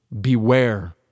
beware